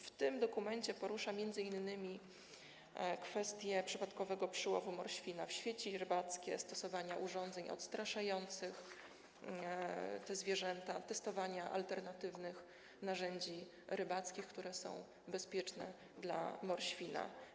W tym dokumencie porusza m.in. kwestie przypadkowego przyłowu morświna w sieci rybackie, stosowania urządzeń odstraszających te zwierzęta, testowania alternatywnych narzędzi rybackich, które są bezpieczne dla morświna.